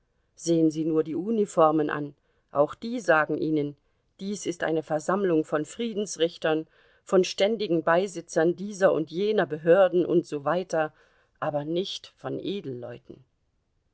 sehen sie nur die uniformen an auch die sagen ihnen dies ist eine versammlung von friedensrichtern von ständigen beisitzern dieser und jener behörden und so weiter aber nicht von